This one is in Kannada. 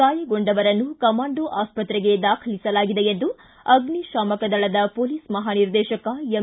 ಗಾಯಗೊಂಡವರನ್ನು ಕಮಾಂಡೋ ಆಸ್ಪತ್ರೆಗೆ ದಾಖಲಿಸಲಾಗಿದೆ ಎಂದು ಅಗ್ತಿಶಾಮಕ ದಳದ ಮೊಲೀಸ್ ಮಹಾನಿರ್ದೇಶಕ ಎಂ